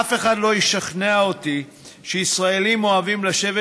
אף אחד לא ישכנע אותי שישראלים אוהבים לשבת